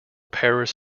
paris